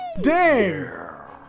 Dare